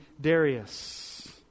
Darius